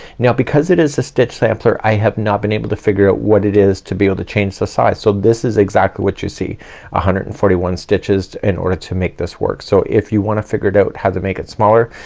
now because it is a stitch sampler i have not been able to figure out what it is to be able to change the size. so this is exactly what you see one ah hundred and forty one stitches in order to make this work. so if you wanna figure it out how to make it smaller